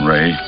Ray